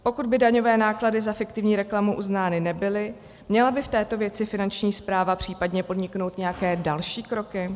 Pokud by daňové náklady za fiktivní reklamu uznány nebyly, měla by v této věci Finanční správa případně podniknout nějaké další kroky?